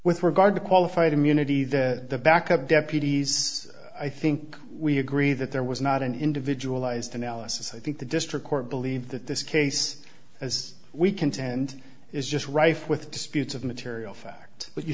with regard to qualified immunity the backup deputies i think we agree that there was not an individual ised analysis i think the district court believed that this case as we contend is just right with disputes of material fact but you